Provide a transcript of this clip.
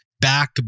back